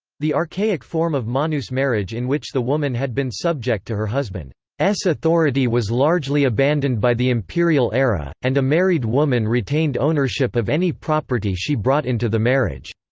the archaic form of manus marriage in which the woman had been subject to her husband's authority was largely abandoned by the imperial era, and a married woman retained ownership of any property she brought into the marriage.